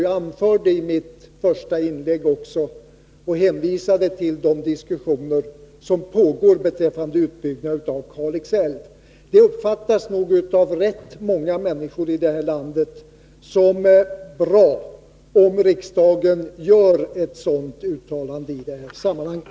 Jag anförde det också i mitt första inlägg och hänvisade till de diskussioner som pågår beträffande utbyggnad av Kalix älv. Det uppfattas nog av rätt många människor i det här landet som bra, om riksdagen gör ett sådant uttalande i det här sammanhanget.